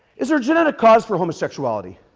is there a genetic cause for homosexuality?